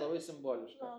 labai simboliška